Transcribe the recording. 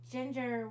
Ginger